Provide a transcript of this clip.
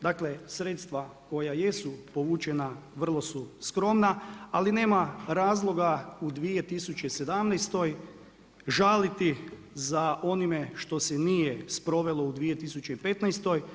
Dakle, sredstva koja jesu povučena vrlo su skromna, ali nema razloga u 2017. žaliti za onime što se nije sprovelo u 2015.